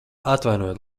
atvainojiet